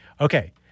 Okay